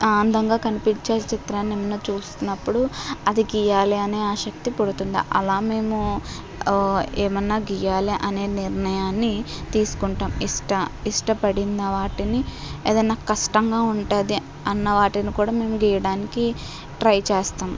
అందంగా కనిపించే చిత్రాన్ని ఏమైనా చూసినప్పుడు అది గీయాలి అనే ఆసక్తి పుడుతుంది అలా మేము ఏమైనా గీయాలి అనే నిర్ణయాన్ని తీసుకుంటాము ఇష్ట ఇష్టపడిన వాటిని ఏదైనా కష్టంగా ఉంటుంది అన్న వాటిని కూడా మేము గీయడానికి ట్రై చేస్తాము